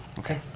okay.